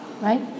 right